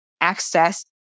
access